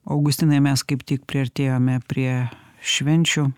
augustinai mes kaip tik priartėjome prie švenčių